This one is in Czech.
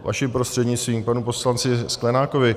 Vaším prostřednictvím k panu poslanci Sklenákovi.